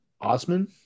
Osman